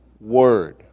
word